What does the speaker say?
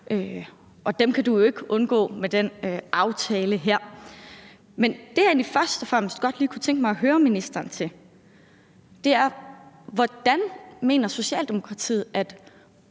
og dem kan du ikke undgå med den her aftale. Men det, som jeg egentlig først og fremmest godt lige kunne tænke mig at høre ministeren om, er, hvordan Socialdemokratiet